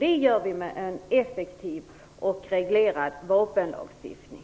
Det gör vi genom en effektiv och reglerad vapenlagstiftning.